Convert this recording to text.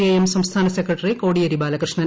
I M സംസ്ഥാന secretary Kodiyeri Balakrishnan